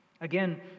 Again